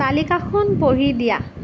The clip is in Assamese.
তালিকাখন পঢ়ি দিয়া